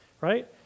right